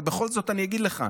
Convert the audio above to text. אבל בכל זאת אני אגיד לך,